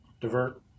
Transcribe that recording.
divert